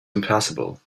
impassable